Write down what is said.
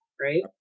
Right